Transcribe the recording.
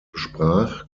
sprach